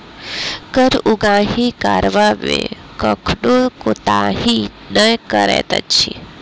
कर उगाही करबा मे कखनो कोताही नै करैत अछि